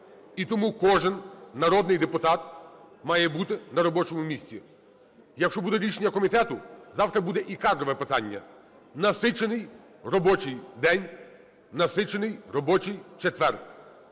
І тому кожен народний депутат має бути на робочому місці. Якщо буде рішення комітету, завтра буде і кадрове питання. Насичений робочий день, насичений робочий четвер,